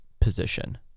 position